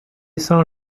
saint